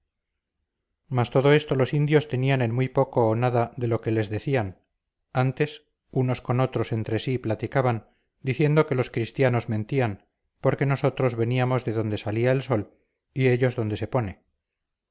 mas todo esto los indios tenían en muy poco o nada de lo que les decían antes unos con otros entre sí platicaban diciendo que los cristianos mentían porque nosotros veníamos de donde salía el sol y ellos donde se pone